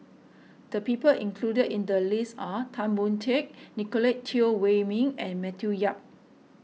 the people included in the list are Tan Boon Teik Nicolette Teo Wei Min and Matthew Yap